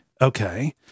Okay